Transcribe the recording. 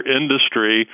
industry